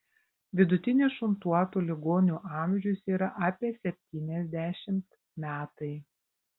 vidutinis šuntuotų ligonių amžius yra apie septyniasdešimt metai